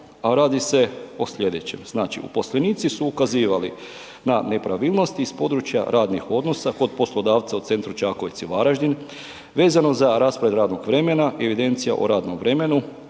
a radi se o slijedećem. Znači uposlenici su ukazivali na nepravilnosti iz područja radnih odnosa kod poslodavca u Centru Čakovec i Varaždin vezano za raspored radnog vremena i evidencija o radnom vremenu,